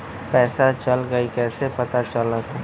पैसा चल गयी कैसे पता चलत?